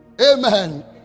Amen